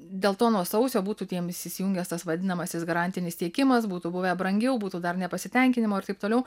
dėl to nuo sausio būtų tiem įsijungęs tas vadinamasis garantinis tiekimas būtų buvę brangiau būtų dar nepasitenkinimo ir taip toliau